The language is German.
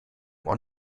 beim